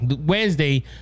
Wednesday